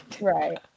right